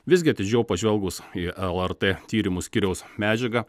visgi atidžiau pažvelgus į lrt tyrimų skyriaus medžiagą